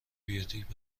بیوتیک